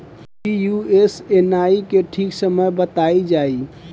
Pusa nine के ठीक समय बताई जाई?